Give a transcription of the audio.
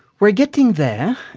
we're getting there.